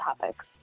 topics